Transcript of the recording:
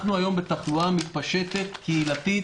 אנחנו היום בתחלואה מתפשטת קהילתית.